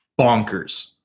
bonkers